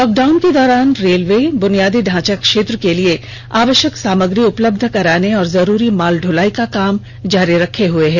lockdown के दौरान railway बुनियादी ढांचा क्षेत्र के लिए आवश्यक सामग्री उपलब्ध कराने और जरूरी माल दुलाई का काम जारी रखे हुए है